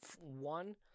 one